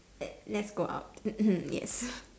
let's let's go out yes